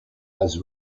has